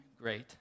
great